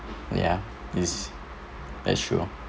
ya it's that's true